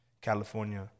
California